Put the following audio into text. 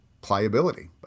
pliability